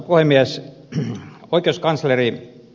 arvoisa puhemies